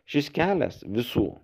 šis kelias visų